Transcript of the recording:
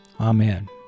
Amen